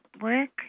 work